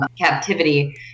captivity